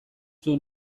dut